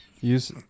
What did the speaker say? use